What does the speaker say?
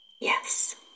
Yes